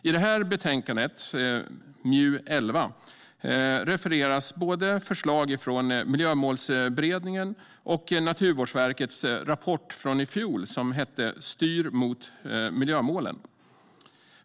I det här betänkandet, MJU11, refereras både förslag från Miljömålsberedningen och Naturvårdsverkets rapport från i fjol som hette Styr med sikte på miljömålen .